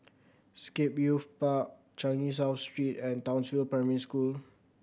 Scape Youth Park Changi South Street and Townsville Primary School